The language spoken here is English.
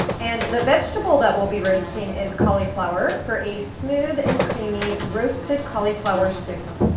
and the vegetable that we'll be roasting is cauliflower for a smooth and creamy, roasted cauliflower soup.